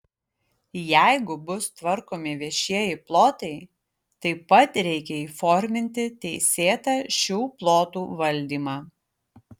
jeigu bus tvarkomi viešieji plotai taip pat reikia įforminti teisėtą šių plotų valdymą